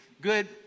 good